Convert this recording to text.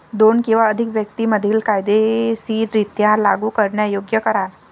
दोन किंवा अधिक व्यक्तीं मधील कायदेशीररित्या लागू करण्यायोग्य करार